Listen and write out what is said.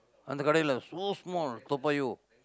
அந்த கடையிலே:andtha kadaiyilee so small Toa-Payoh